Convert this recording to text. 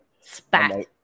spat